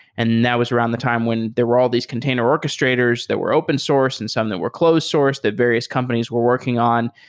and that was around the time when there were all these container orchestrators that were open-source and some that were closed sourced that various companies were working on.